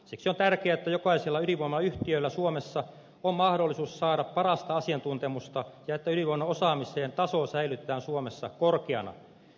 siksi on tärkeä että jokaisella ydinvoimayhtiöllä suomessa on mahdollisuus saada parasta asiantuntemusta ja että ydinvoiman osaamisen taso säilytetään suomessa korkeana